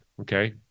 okay